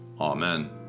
Amen